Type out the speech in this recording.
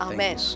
Amen